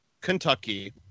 Kentucky